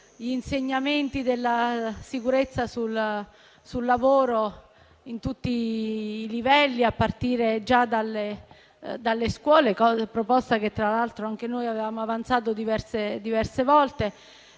di insegnare la sicurezza sul lavoro a tutti i livelli, a partire già dalle scuole, proposta che, tra l'altro, anche noi avevamo avanzato diverse volte.